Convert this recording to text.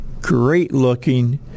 great-looking